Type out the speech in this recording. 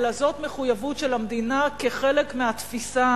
אלא זו מחויבות של המדינה כחלק מהתפיסה